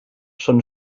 schon